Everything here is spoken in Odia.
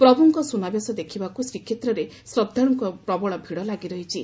ପ୍ରଭୁଙ୍କ ସୁନାବେଶ ଦେଖିବାକୁ ଶ୍ରୀକ୍ଷେତ୍ରରେ ଶ୍ରଦ୍ଧାଳୁଙ୍କ ପ୍ରବଳ ଭୀଡ ଲାଗିରହିଛି